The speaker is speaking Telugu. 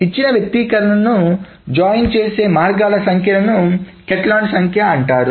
ఇచ్చిన వ్యక్తీకరణను జాయిన్ చేసే మార్గాల సంఖ్యను కాటలాన్ సంఖ్య అంటారు